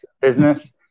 business